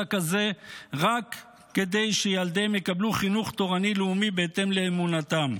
הלא-מוצדק הזה רק כדי שילדיהם יקבלו חינוך תורני לאומי בהתאם לאמונתם.